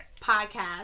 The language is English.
Podcast